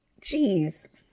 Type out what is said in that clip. Jeez